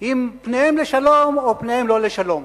אם פניהם לשלום או פניהם לא לשלום.